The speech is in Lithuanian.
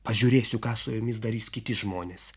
pažiūrėsiu ką su jomis darys kiti žmonės